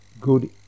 good